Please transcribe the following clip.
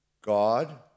God